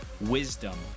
Wisdom